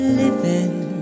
living